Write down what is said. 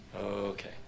Okay